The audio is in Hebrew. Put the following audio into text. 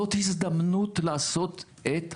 זאת הזדמנות לעשות את הרפורמה.